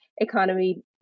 economy